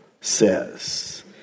says